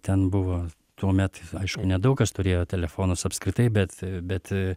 ten buvo tuomet aišku nedaug kas turėjo telefonus apskritai bet bet a